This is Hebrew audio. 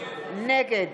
נגד